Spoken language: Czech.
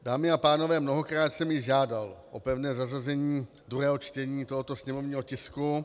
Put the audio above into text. Dámy a pánové, mnohokrát jsem již žádal o pevné zařazení druhého čtení tohoto sněmovního tisku.